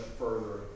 further